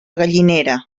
gallinera